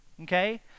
Okay